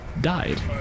died